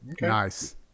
Nice